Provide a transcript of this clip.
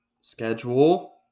schedule